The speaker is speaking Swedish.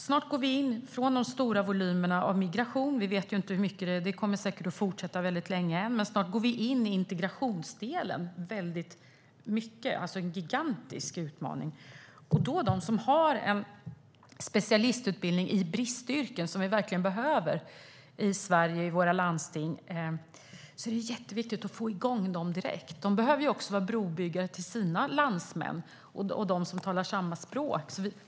Snart går vi över från de stora volymerna av migration - som säkert kommer att fortsätta länge - in i integrationsdelen. Det är en gigantisk utmaning. För de människor som har en specialistutbildning i bristyrken, där svenska landsting verkligen behöver folk, är det oerhört viktigt att få igång dem direkt. De kan vara brobyggare till sina landsmän och de som talar samma språk.